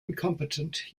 incompetent